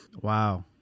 Wow